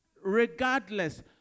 Regardless